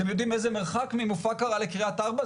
אתם יודעים איזה מרחק ממופקרה לקריית ארבע?